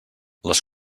les